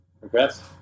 Regrets